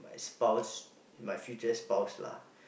my spouse my future spouse lah